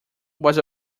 was